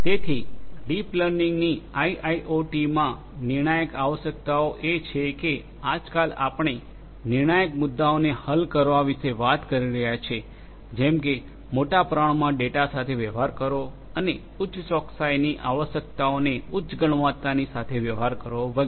તેથી ડીપ લર્નિંગની આઇઆઇઓટીમાં નિર્ણાયક આવશ્યકતાઓ એ છે કે આજકાલ આપણે નિર્ણાયક મુદ્દાઓને હલ કરવા વિશે વાત કરી રહ્યા છીએ જેમ કે મોટા પ્રમાણમાં ડેટા સાથે વ્યવહાર કરવો અને ઉચ્ચ ચોકસાઈની આવશ્યકતાઓને ઉચ્ચ ગુણવત્તાની સાથે વ્યવહાર કરવો વગેરે